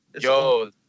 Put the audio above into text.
Yo